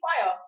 fire